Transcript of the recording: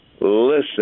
listen